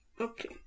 Okay